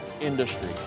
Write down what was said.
industry